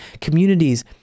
communities